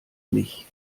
mich